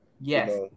Yes